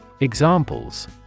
Examples